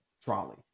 trolley